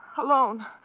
Alone